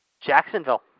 Jacksonville